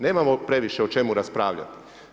Nemamo previše o čemu raspravljati.